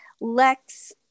Lex